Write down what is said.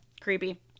Creepy